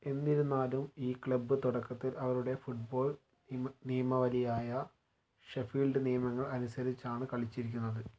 എന്നിരുന്നാലും ഈ ക്ലബ്ബ് തുടക്കത്തിൽ അവരുടെ ഫുട്ബോൾ നിയ നിയമാവലിയായ ഷെഫീൽഡ് നിയമങ്ങൾ അനുസരിച്ചാണ് കളിച്ചിരിക്കുന്നത്